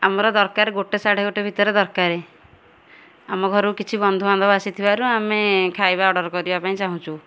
ଆମର ଦରକାର ଗୋଟେ ସାଢ଼େ ଗୋଟେ ଭିତରେ ଦରକାର ଆମ ଘରକୁ କିଛି ବନ୍ଧୁବାନ୍ଧବ ଆସିଥିବାରୁ ଆମେ ଖାଇବା ଅର୍ଡ଼ର୍ କରିବା ପାଇଁ ଚାହୁଁଛୁ